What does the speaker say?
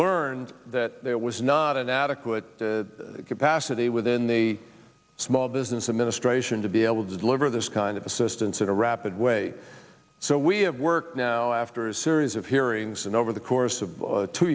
learned that there was not an adequate capacity within the small business administration to be able to deliver this kind of assistance in a rapid way so we have worked now after a series of hearings and over the course of